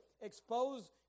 expose